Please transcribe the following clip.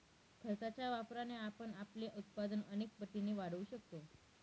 खताच्या वापराने आपण आपले उत्पादन अनेक पटींनी वाढवू शकतो